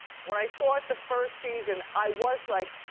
when i saw it the first season, i was like,